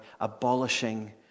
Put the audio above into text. abolishing